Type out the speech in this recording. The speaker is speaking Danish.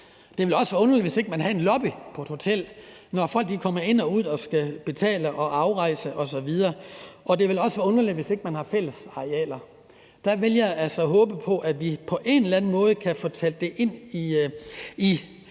Det ville også være underligt, hvis man ikke havde en lobby på et hotel, altså når folk kommer ind og ud og de skal betale og rejse osv., og det ville også være underligt, hvis man ikke havde fællesarealer. Der vil jeg altså håbe på, at vi på en eller anden måde kan få talt det ind i lovforslaget